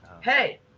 Hey